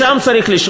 לשם יש לשאוף.